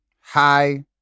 hi